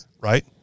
right